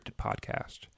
podcast